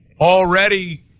already